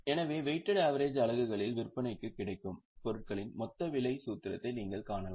எனவே weighted average அலகுகளில் விற்பனைக்குக் கிடைக்கும் பொருட்களின் மொத்த விலை சூத்திரத்தைக் நீங்கள் காணலாம்